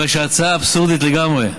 הרי ההצעה אבסורדית לגמרי.